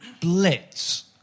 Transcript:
blitz